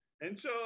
enjoy